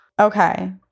okay